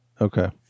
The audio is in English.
Okay